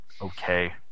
okay